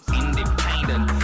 independent